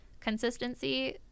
consistency